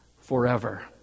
forever